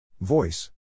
Voice